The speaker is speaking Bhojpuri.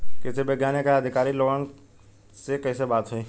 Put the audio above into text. कृषि वैज्ञानिक या अधिकारी लोगन से कैसे बात होई?